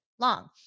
Long